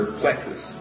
plexus